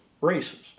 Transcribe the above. races